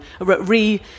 re-